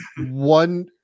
one